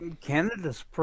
Canada's